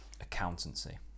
Accountancy